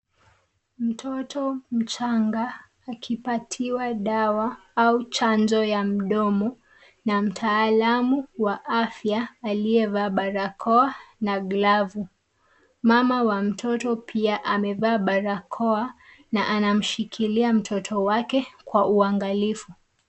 Mtoto mchanga akipatiwa dawa au chanjo ya mdomo na mtaalamu wa afya aliye vaa barakoa na glavu. Mama wa mtoto pia amevaa barakoa na anamshikilia mtoto wake kwa uangalifu.